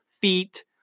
feet